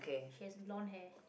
she has blond hair